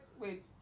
wait